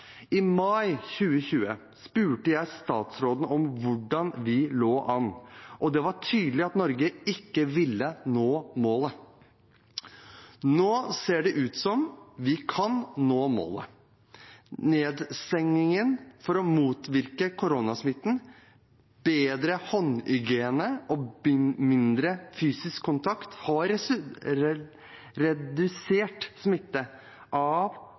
I mai 2020 spurte jeg statsråden om hvordan vi lå an, og det var tydelig at Norge ikke ville nå målet. Nå ser det ut som om vi kan nå målet. Nedstengningen for å motvirke koronasmitten, bedre håndhygiene og mindre fysisk kontakt har ført til redusert smitte